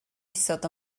isod